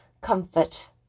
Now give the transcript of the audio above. comfort